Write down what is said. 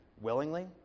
willingly